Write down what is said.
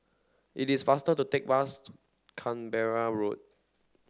it is faster to take bus to Canberra Road